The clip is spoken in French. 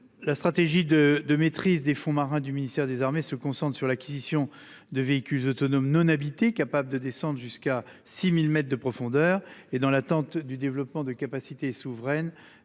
La stratégie de de maîtrise des fonds marins du ministère des Armées se concentre sur l'acquisition de véhicules autonomes non habité capable de descendre jusqu'à 6000 mètres de profondeur et dans l'attente du développement de capacité souveraine